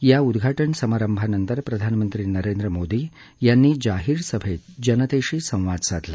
या उद्घाटन समारंभानंतर प्रधानमंत्री नरेंद्र मोदी यांनी जाहीर सभेत जनतेशी संवाद साधला